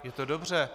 Je to dobře.